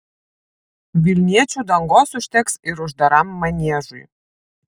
vilniečių dangos užteks ir uždaram maniežui